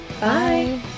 Bye